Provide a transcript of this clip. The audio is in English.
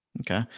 Okay